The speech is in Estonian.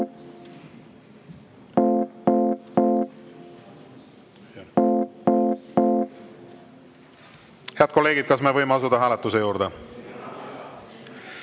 Head kolleegid, kas me võime asuda hääletuse